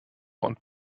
und